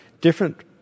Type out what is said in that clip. different